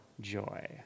joy